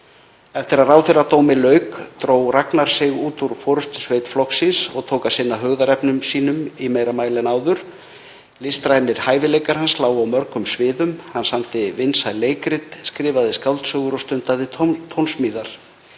Eftir að ráðherradómi lauk dró Ragnar sig út úr forystusveit flokks síns og tók að sinna hugðarefnum sínum meira en áður. Listrænir hæfileikar hans lágu á mörgum sviðum, hann samdi vinsæl leikrit, skrifaði skáldsögur og stundaði tónsmíðar.